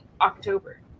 October